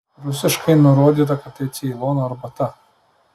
rusiškai nurodyta kad tai ceilono arbata